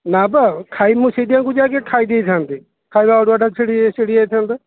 ନା ବା ଖାଇନି ମୁଁ ସେଇଥିପାଇଁ କହୁଛି ଆଗେ ଖାଇ ଦେଇଥାନ୍ତି ଖାଇବା ଅଡ଼ୁଆଟା ଛିଡ଼ି ଛିଡ଼ି ଯାଇଥାନ୍ତା